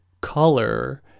color